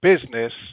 business